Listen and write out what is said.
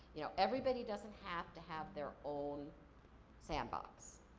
you know, everybody doesn't have to have their own sandbox.